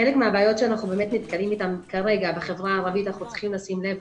חלק מהבעיות בהן אנחנו נתקלים כרגע בחברה הערבית ואנחנו צריכים לשים לב.